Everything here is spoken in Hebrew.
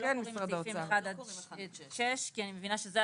אנחנו לא קוראים את סעיפים 6-1 כי אני מבינה שאלה